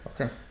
Okay